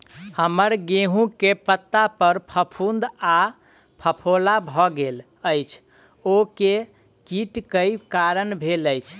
हम्मर गेंहूँ केँ पत्ता पर फफूंद आ फफोला भऽ गेल अछि, ओ केँ कीट केँ कारण भेल अछि?